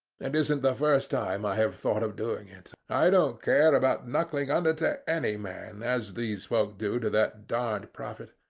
it isn't the first time i have thought of doing it. i don't care about knuckling under to any man, as these folk do to their darned prophet.